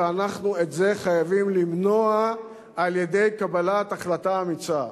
ואנחנו את זה חייבים למנוע על-ידי קבלת החלטה אמיצה.